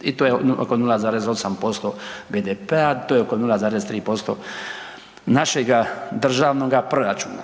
i to je oko 0,8% BDP-a, to je oko 0,3% našega državnog proračuna.